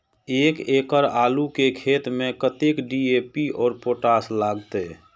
एक एकड़ आलू के खेत में कतेक डी.ए.पी और पोटाश लागते?